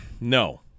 No